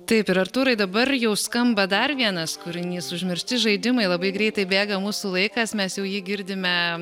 taip ir artūrai dabar jau skamba dar vienas kūrinys užmiršti žaidimai labai greitai bėga mūsų laikas mes jau jį girdime